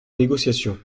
négociation